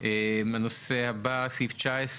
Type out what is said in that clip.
סעיף 19,